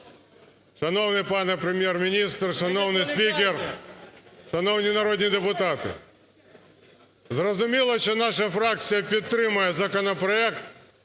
Шановний пане Прем'єр-міністр! Шановний спікер! Шановні народні депутати! Зрозуміло, що наша фракція підтримає законопроект,